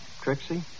Trixie